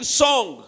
song